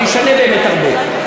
זה ישנה באמת הרבה.